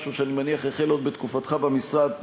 משהו שאני מניח שהחל עוד בתקופתך במשרד,